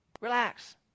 relax